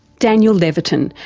daniel levitin,